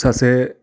सासे